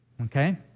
Okay